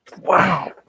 Wow